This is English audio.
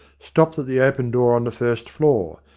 stopped at the open door on the first floor,